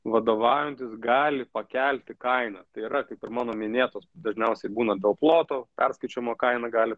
vadovaujantis gali pakelti kainą tai yra kaip ir mano minėtos dažniausiai būna dėl ploto perskaičiavimo kaina gali